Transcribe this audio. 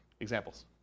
Examples